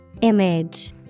Image